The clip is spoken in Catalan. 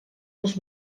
els